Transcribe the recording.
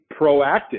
proactive